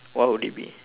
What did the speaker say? what would it be